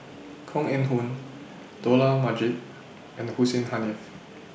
Koh Eng Hoon Dollah Majid and Hussein Haniff